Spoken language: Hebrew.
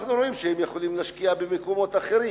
אנחנו רואים שהם יכולים להשקיע במקומות אחרים,